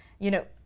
you know,